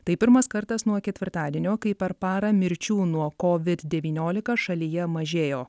tai pirmas kartas nuo ketvirtadienio kai per parą mirčių nuo kovid devyniolika šalyje mažėjo